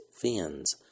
fins